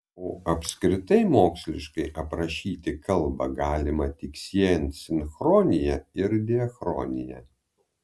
o apskritai moksliškai aprašyti kalbą galima tik siejant sinchronija ir diachroniją